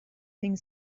things